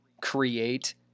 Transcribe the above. create